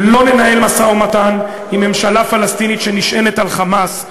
לא ננהל משא-ומתן עם ממשלה פלסטינית שנשענת על "חמאס",